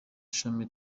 shami